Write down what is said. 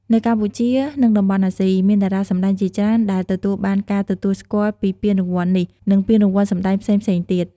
នៅកម្ពុជា និងតំបន់អាស៊ី មានតារាសម្តែងជាច្រើនដែលទទួលបានការទទួលស្គាល់ពីពានរង្វាន់នេះ និងពានរង្វាន់សម្តែងផ្សេងៗទៀត។